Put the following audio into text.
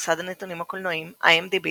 במסד הנתונים הקולנועיים IMDb